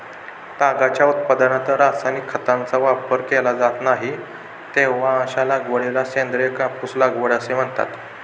तागाच्या उत्पादनात रासायनिक खतांचा वापर केला जात नाही, तेव्हा अशा लागवडीला सेंद्रिय कापूस लागवड असे म्हणतात